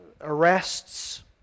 arrests